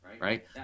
right